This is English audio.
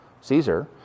Caesar